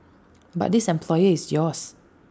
but this employer is yours